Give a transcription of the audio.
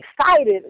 excited